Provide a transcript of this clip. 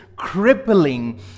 crippling